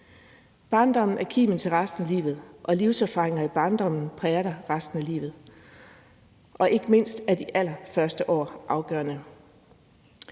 Barndommen er kimen til resten af livet, og livserfaringer i barndommen præger dig resten af livet, og ikke mindst de allerførste år er afgørende.